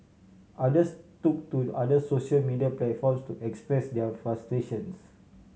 others took to others social media platforms to express their frustrations